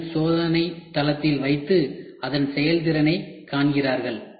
இது சோதனை தளத்தில் வைத்து அதன் செயல்திறனைக் காண்கிறார்கள்